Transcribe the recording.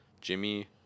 Jimmy